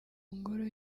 ngoro